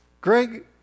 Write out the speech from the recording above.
Greg